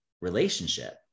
relationship